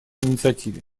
инициативе